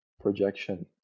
projection